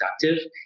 productive